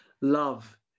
love